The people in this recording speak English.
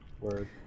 Word